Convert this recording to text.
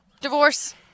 Divorce